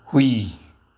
ꯍꯨꯏ